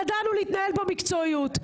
ידענו להתנהל במקצועיות.